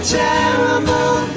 terrible